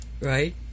Right